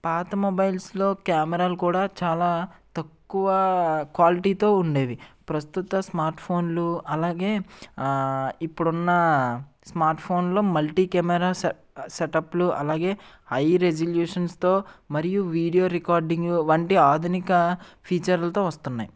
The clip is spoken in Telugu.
పాత మొబైల్స్లో కెమెరాలు కూడా చాలా తక్కువ క్వాలిటీతో ఉండేవి ప్రస్తుత స్మార్ట్ఫోన్లు అలాగే ఇప్పుడు ఉన్న స్మార్ట్ఫోన్లో మల్టీ కెమెరా సె సెటప్లు అలాగే హై రిజల్యూషన్స్తో మరియు వీడియో రికార్డింగు వంటి ఆధునిక ఫీచర్లతో వస్తున్నాయి